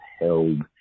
held